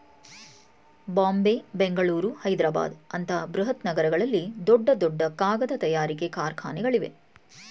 ಬಾಂಬೆ, ಬೆಂಗಳೂರು, ಹೈದ್ರಾಬಾದ್ ಅಂತ ಬೃಹತ್ ನಗರಗಳಲ್ಲಿ ದೊಡ್ಡ ದೊಡ್ಡ ಕಾಗದ ತಯಾರಿಕೆ ಕಾರ್ಖಾನೆಗಳಿವೆ